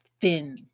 thin